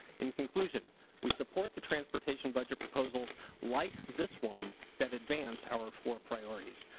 in conclusion we support the transportation budget proposal like this one that advances ah are for priorities.